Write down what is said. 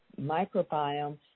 microbiome